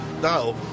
No